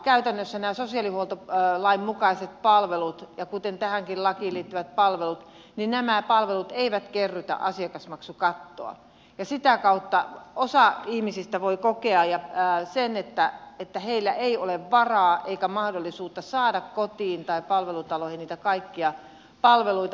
käytännössä nämä sosiaalihuoltolain mukaiset palvelut kuten tähänkin lakiin liittyvät palvelut eivät kerrytä asiakasmaksukattoa ja sitä kautta osa ihmisistä voi kokea että heillä ei ole varaa eikä mahdollisuutta saada kotiin tai palvelutaloihin niitä kaikkia palveluita